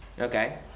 Okay